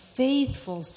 faithful